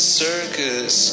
circus